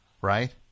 Right